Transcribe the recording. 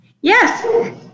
Yes